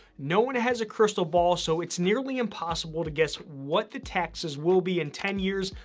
no one has a crystal ball, so it's nearly impossible to guess what the taxes will be in ten years,